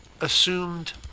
assumed